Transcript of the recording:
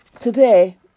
Today